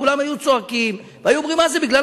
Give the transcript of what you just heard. כולם היו צועקים והיו אומרים: מה זה,